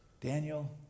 Daniel